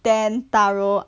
ten taro